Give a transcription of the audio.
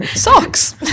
Socks